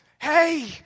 hey